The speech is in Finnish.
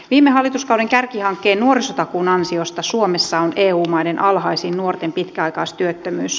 viime hallituskauden kärkihankkeen nuorisotakuun ansiosta suomessa on eu maiden alhaisin nuorten pitkäaikaistyöttömyys